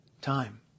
time